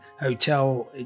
hotel